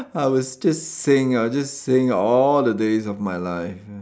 I was just sing I'll just sing all the days of my life